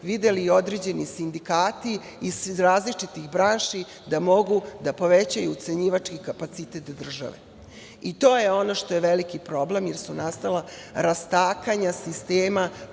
videli određeni sindikati iz različitih branši da mogu da povećaju ucenjivački kapacitet države. To je ono što je veliki problem, jer su nastala rastakanja sistema